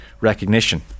recognition